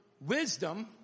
wisdom